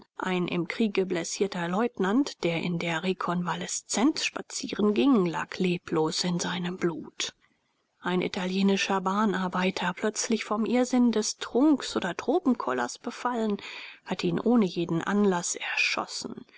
ein im kriege blessierter leutnant der in der rekonvaleszenz spazieren ging lag leblos in seinem blut ein italienischer bahnarbeiter plötzlich vom irrsinn des trnnks oder tropenkollers befallen hatte ihn ohne jeden anlaß erschossen